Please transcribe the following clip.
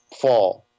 fall